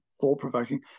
thought-provoking